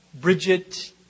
Bridget